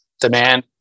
demand